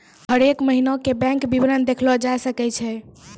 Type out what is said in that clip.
हरेक महिना के बैंक विबरण देखलो जाय सकै छै